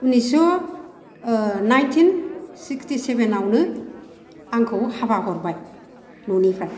उन्निसस' nineteen sixty seven आवनो आंखौ हाबा हरबाय न'निफ्राय